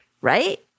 Right